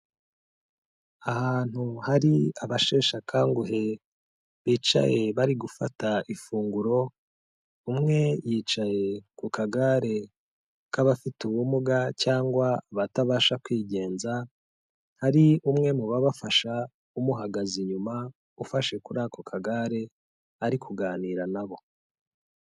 Ahantu hari abasheshe akanguhe bicaye bari gufata ifunguro umwe yicaye ku kagare k'abafite ubumuga cyangwa abatabasha kwigenza hari umwe mu babafasha umuhagaze inyuma ufashe kuri ako kagare ari kuganira nabo.